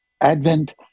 advent